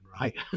right